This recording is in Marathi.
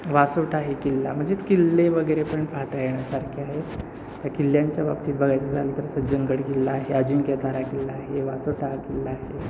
वासोटा हे किल्ला म्हणजेच किल्ले वगैरे पण पाहता येण्यासारखे आहेत त्या किल्ल्यांच्या बाबतीत बघायचं झालं तर सज्जनगड किल्ला आहे अजिंक्यतारा किल्ला आहे वासोटा हा किल्ला आहे